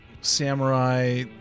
samurai